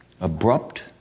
Abrupt